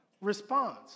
response